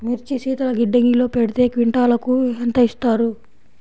మిర్చి శీతల గిడ్డంగిలో పెడితే క్వింటాలుకు ఎంత ఇస్తారు?